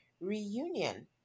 reunion